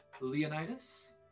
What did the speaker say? Leonidas